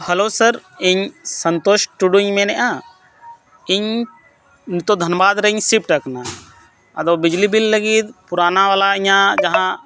hello sir ᱤᱧ ᱥᱚᱱᱛᱳᱥ ᱴᱩᱰᱩᱧ ᱢᱮᱱᱮᱜᱼᱟ ᱤᱧ ᱱᱤᱛᱳᱜ ᱫᱷᱟᱱᱵᱟᱫᱽ ᱨᱮᱧ ᱥᱤᱯᱴ ᱟᱠᱟᱱᱟ ᱟᱫᱚ ᱵᱤᱡᱽᱞᱤ ᱵᱤᱞ ᱞᱟᱹᱜᱤᱫ ᱯᱩᱨᱟᱱᱟᱵᱟᱞᱟ ᱤᱧᱟᱹᱜ ᱡᱟᱦᱟᱸ